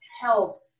help